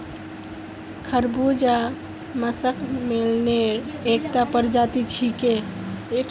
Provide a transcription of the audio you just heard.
खरबूजा मस्कमेलनेर एकता प्रजाति छिके